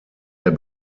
der